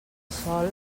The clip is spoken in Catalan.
sol